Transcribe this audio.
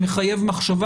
מחייב מחשבה.